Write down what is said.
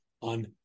on